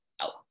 out